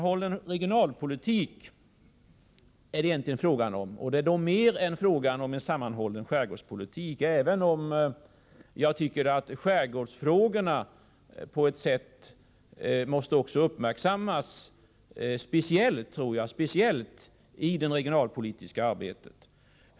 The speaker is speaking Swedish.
Låt mig säga att detta egentligen mera är fråga om sammanhållen regionalpolitik än om sammanhållen skärgårdspolitik, även om skärgårdsfrågorna också speciellt måste uppmärksammas i det regionalpolitiska arbetet.